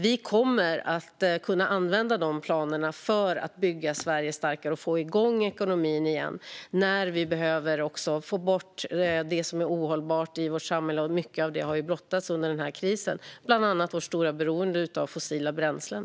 Vi kommer att kunna använda dessa planer för att bygga Sverige starkare och få igång ekonomin igen, och vi behöver också få bort det som är ohållbart i vårt samhälle. Mycket av det har ju blottats under den här krisen, bland annat vårt stora beroende av fossila bränslen.